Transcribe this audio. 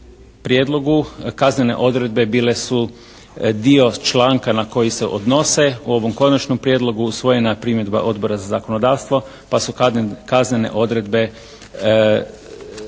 prijedlogu kaznene odredbe bile su dio članka na koji se odnose. U ovom konačnom prijedlogu usvojena je primjedba Odbora za zakonodavstvo pa su kaznene odredbe